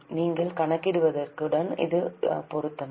நீங்கள் கணக்கிட்டவற்றுடன் இது பொருந்துமா